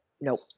nope